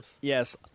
Yes